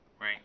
right